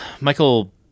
Michael